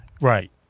Right